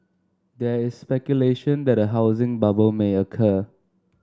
there is speculation that a housing bubble may occur